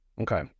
Okay